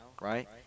right